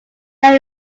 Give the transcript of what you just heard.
there